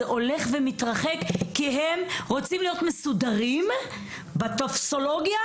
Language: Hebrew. כי הם רוצים להיות מסודרים בטופסולוגיה